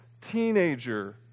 teenager